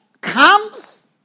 comes